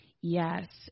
yes